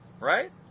Right